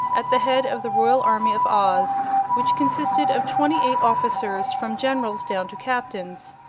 at the head of the royal army of oz which consisted of twenty-eight officers, from generals down to captains.